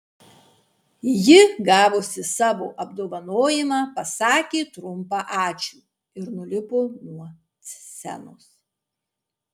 ji gavusi savo apdovanojimą pasakė trumpą ačiū ir nulipo nuo scenos